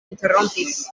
interrompis